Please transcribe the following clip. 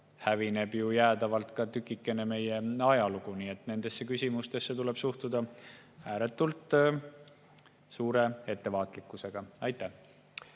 hävineb ju jäädavalt ka tükike meie ajalugu. Nii et nendesse küsimustesse tuleb suhtuda ääretult suure ettevaatlikkusega. Aitäh